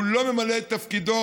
הוא לא ממלא את תפקידו.